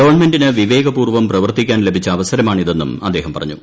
ഗവൺമെന്റിന് വിവേക പൂർവം പ്രവർത്തിക്കാൻ ലഭിച്ച അവസരമാണ് ഇതെന്നും അദ്ദേഹം പറഞ്ഞു